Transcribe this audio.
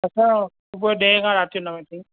असां सुबुह जो ॾहें खां राति जो नवें ताईं